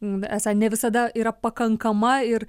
esą ne visada yra pakankama ir